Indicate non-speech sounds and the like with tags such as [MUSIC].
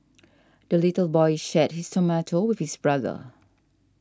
[NOISE] the little boy shared his tomato with his brother